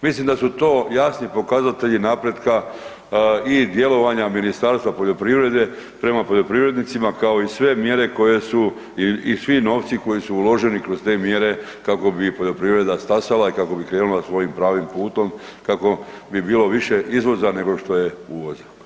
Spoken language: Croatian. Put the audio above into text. Mislim da su to jasni pokazatelji napretka i djelovanja Ministarstva poljoprivrede prema poljoprivrednicima kao i sve mjere koje su i svi novci koji su uloženi kroz te mjere kako bi poljoprivreda stasala i kako bi krenula svojim pravim putom kako bi bilo više izvoza nego što je uvoza.